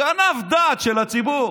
גנב דעת של הציבור.